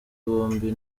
bombi